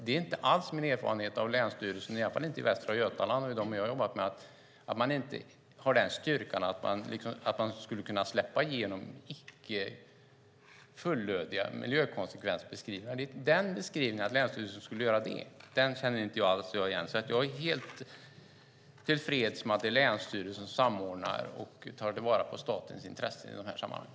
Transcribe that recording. Det är inte alls min erfarenhet av länsstyrelsen, i alla fall inte den i Västra Götaland eller dem jag har jobbat med, att man inte har styrkan och att man skulle kunna släppa igenom icke fullödiga miljökonsekvensbeskrivningar. Beskrivningen av att länsstyrelsen skulle göra det känner jag inte alls igen. Jag är helt tillfreds med att det är länsstyrelsen som samordnar och tar till vara statens intressen i de här sammanhangen.